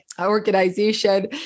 organization